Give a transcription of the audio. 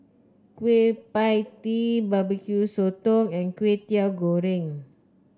Kueh Pie Tee Barbecue Sotong and Kwetiau Goreng